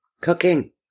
Cooking